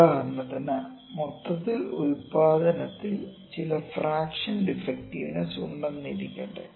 ഉദാഹരണത്തിന് മൊത്തം ഉൽപാദനത്തിൽ ചില ഫ്രാക്ഷൻ ഡിഫെക്ടിവിസ് ഉണ്ടെന്നിരിക്കട്ടെ